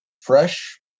fresh